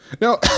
No